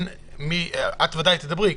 את ודאי תדברי.